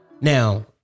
Now